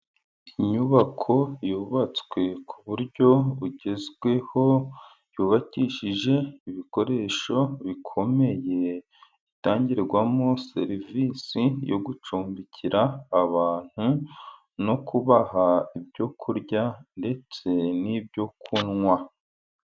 Inyubako y'ubatswe ku buryo bugezweho, yubakishije ibikoresho bikomeye, itangirwamo serivisi yo gucumbikira abantu no kubaha ibyo kurya ndetse n'ibyo kunywa.